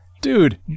dude